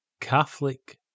Catholic